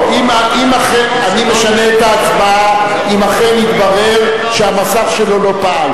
עברה בקריאה טרומית ותועבר לוועדת הכלכלה.